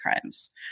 crimes